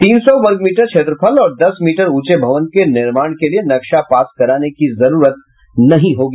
तीन सौ वर्गमीटर क्षेत्रफल और दस मीटर ऊंचे भवन के निर्माण के लिए नक्शा पास कराने की जरूरत नहीं होगी